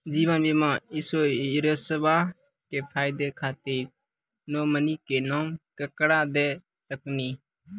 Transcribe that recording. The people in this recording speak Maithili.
जीवन बीमा इंश्योरेंसबा के फायदा खातिर नोमिनी के नाम केकरा दे सकिनी?